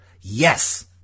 Yes